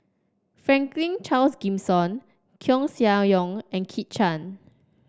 Franklin Charles Gimson Koeh Sia Yong and Kit Chan